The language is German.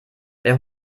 wer